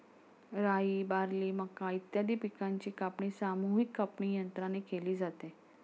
राई, बार्ली, मका इत्यादी पिकांची कापणी सामूहिक कापणीयंत्राने केली जाते